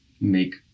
make